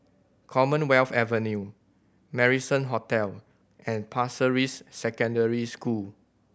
Commonwealth Avenue Marrison Hotel and Pasir Ris Secondary School